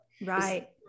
Right